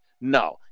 no